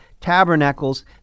Tabernacles